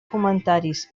comentaris